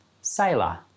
Sailor